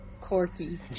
Corky